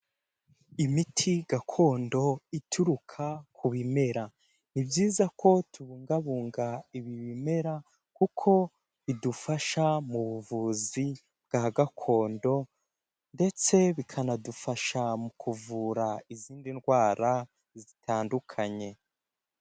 Imiti gakondo ituruka ku bimera, ni byiza ko tubungabunga ibi bimera kuko bidufasha mu buvuzi bwa gakondo ndetse bikanadufasha mu kuvura izindi ndwara zitandukanye.